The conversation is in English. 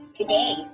today